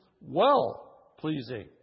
well-pleasing